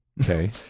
Okay